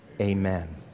Amen